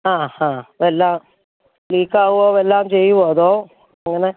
ആ ഹാ വല്ല ലീക്ക് ആവുവോ വല്ലതും ചെയ്യുമോ അതോ എങ്ങനെ